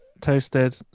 Toasted